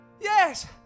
Yes